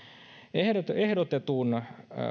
ehdotetun ehdotetun